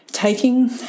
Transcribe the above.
Taking